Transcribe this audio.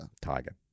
tiger